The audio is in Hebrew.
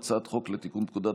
מבקשת להוסיף את קולך